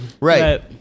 Right